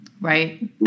Right